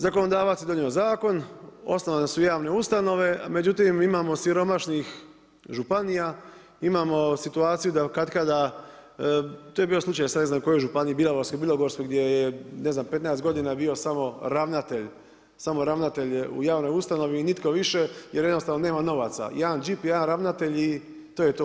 Zakonodavac je donio zakon, osnovane su javne ustanove, međutim imamo siromašnih županija, imamo situaciju da katkada, to je bio slučaj sa ne znam kojom županijom Bjelovarsko-bilogorskom gdje je ne znam 15 godina bio samo ravnatelj, samo ravnatelj u javnoj ustanovi i nitko više jer jednostavno nema novaca, jedan džip, jedan ravnatelj i to je to.